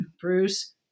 Bruce